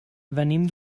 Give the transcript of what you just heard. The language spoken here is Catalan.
venim